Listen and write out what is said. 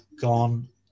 gone